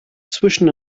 zwischen